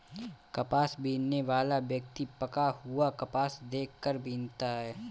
कपास बीनने वाला व्यक्ति पका हुआ कपास देख कर बीनता है